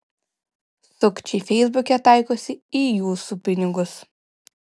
sukčiai feisbuke taikosi į jūsų pinigus